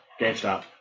GameStop